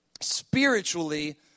spiritually